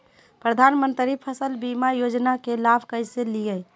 प्रधानमंत्री फसल बीमा योजना के लाभ कैसे लिये?